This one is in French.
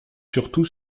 surtout